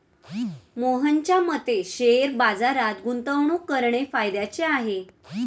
मोहनच्या मते शेअर बाजारात गुंतवणूक करणे फायद्याचे आहे